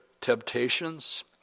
temptations